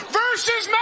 versus